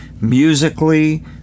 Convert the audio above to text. musically